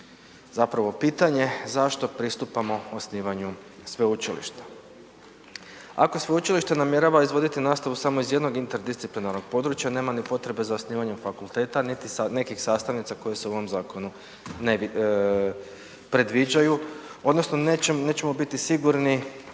zapravo pitanje zašto pristupamo osnivanju sveučilišta? Ako sveučilište namjerava izvoditi nastavu samo iz jednog interdisciplinarnog područja nema ni potrebe za osnivanjem fakulteta, niti nekih sastavnica koje se u ovom zakonu predviđaju odnosno nećemo biti sigurni